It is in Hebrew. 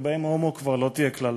שבהם "הומו" כבר לא תהיה קללה,